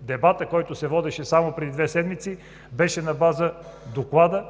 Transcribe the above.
дебата, който се водеше само преди две седмици, беше на база Доклада